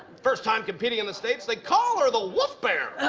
first time competing in the states. they call her the wolf bear.